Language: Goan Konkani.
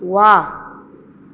व्वा